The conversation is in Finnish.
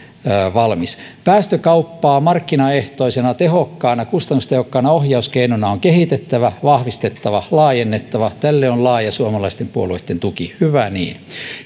valmis päästökauppaa markkinaehtoisena kustannustehokkaana ohjauskeinona on kehitettävä vahvistettava laajennettava tälle on laaja suomalaisten puolueitten tuki hyvä niin